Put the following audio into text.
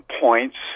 points